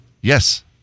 Yes